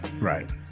Right